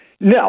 No